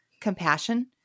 compassion